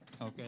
okay